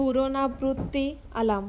ପୁନରାବୃତ୍ତି ଆଲାର୍ମ